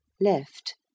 left